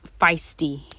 feisty